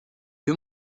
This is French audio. que